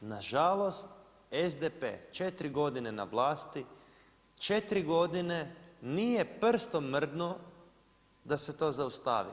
Nažalost, SDP 4 godine na vlasti, 4 godine nije prstom mrdnuo da se to zaustavi.